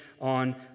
on